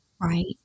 Right